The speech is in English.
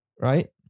Right